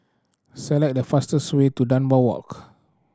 select the fastest way to Dunbar Walk